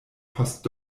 post